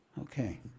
Okay